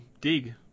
dig